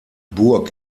burg